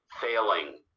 failing